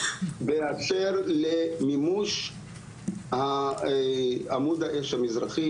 בהקשר למימוש "עמוד האש המזרחי",